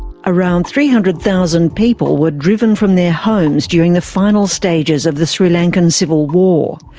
around three hundred thousand people were driven from their homes during the final stages of the sri lankan civil war.